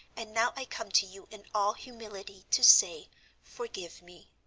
and now i come to you in all humility to say forgive me.